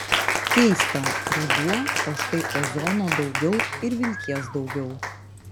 keista ruduo o štai ozono daugiau ir vilties daugiau